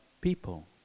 people